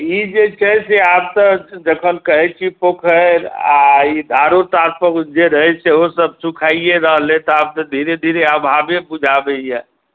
तऽ ई जे छै से आब तऽ जखन कहै छी पोखरि आ ई धारो तार जे रहै से सभ सुखाइये रहलै तऽ आब तऽ धीरे धीरे आभावे बुझना आबैया